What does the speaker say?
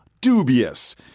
dubious